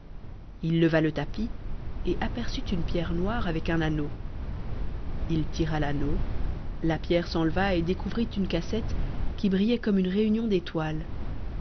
il leva le tapis et aperçut une pierre noire avec un anneau il tira l'anneau la pierre s'enleva et découvrit une cassette qui brillait comme une réunion d'étoiles